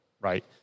right